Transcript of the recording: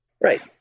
Right